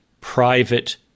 private